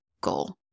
goal